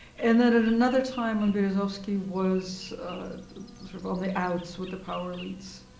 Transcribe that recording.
and then, at another time, when berezovsky was sort of on the outs with the power elites,